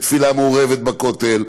לתפילה מעורבת בכותל.